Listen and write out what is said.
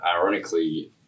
ironically